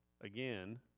again